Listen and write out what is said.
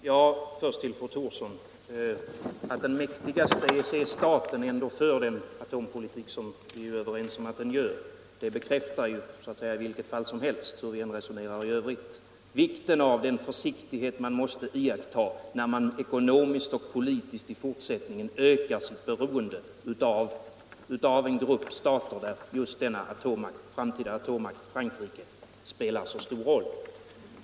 Herr talman! Först vill jag säga till fru Thorsson: att den mäktiga EG-staten ändå för den atomvapenpolitik som vi är överens om att den för bekräftar — hur vi än resonerar i övrigt — vikten av att iaktta försiktighet när man ekonomiskt och politiskt i fortsättningen ökar sitt beroende av en grupp stater där just denna framtida atommakt, Frankrike, spelar en stor roll.